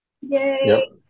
Yay